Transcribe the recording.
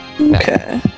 Okay